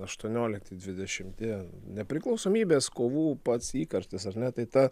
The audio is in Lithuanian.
aštuoniolikti dvidešimti nepriklausomybės kovų pats įkarštis ar ne tai ta